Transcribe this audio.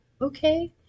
okay